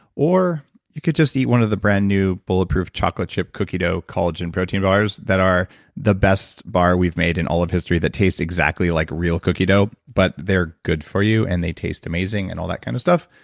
or you could just eat one of the brand new bulletproof chocolate yeah cookie dough, collagen protein bars, that are the best bar we've made in all of history that taste exactly like real cookie dough, but they're good for you and they taste amazing and all that kind of stuff.